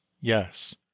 yes